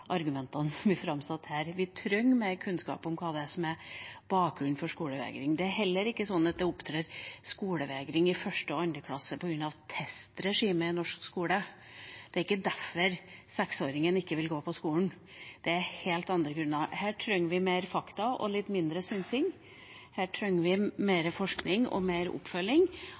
framsatt her. Vi trenger mer kunnskap om hva som er bakgrunnen for skolevegring. Det er heller ikke sånn at en får skolevegring i første og andre klasse på grunn av testregimet i norsk skole. Det er ikke derfor seksåringen ikke vil gå på skolen. Det er helt andre grunner til det. Her trenger vi mer fakta og litt mindre synsing, og vi trenger mer forskning og mer oppfølging.